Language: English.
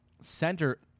center